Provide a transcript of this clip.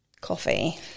Coffee